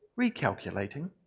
recalculating